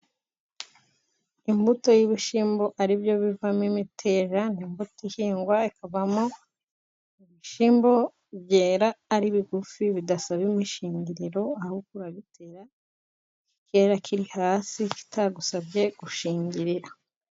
Imbuto y'ibishimbo ari byo bivamo imiteja. Imbuto ihingwa ikavamo ibishyimbo byera ari bigufi bidasaba imishingiriro ahubwo urabitera. Cyera kiri hasi kitagusabye gushingirira.